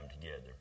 together